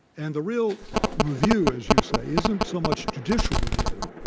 and the real review, as you say, isn't so much judicial review.